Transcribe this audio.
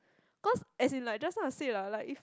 cause as in like just now I said what like if